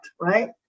right